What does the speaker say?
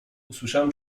usłyszałem